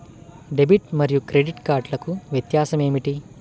Debit మరియు credit కార్డ్లకు వ్యత్యాసమేమిటీ?